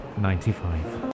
95